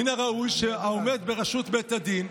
מן הראוי שהעומד בראשות בית הדין,